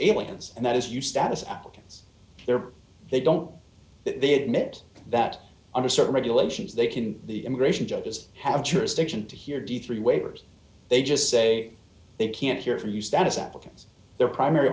aliens and that is you status applicants there they don't they admit that under certain regulations they can the immigration judges have jurisdiction to hear d three waivers they just say they can't hear from you status applicants their primary